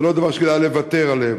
זה לא דבר שכדאי לוותר עליו.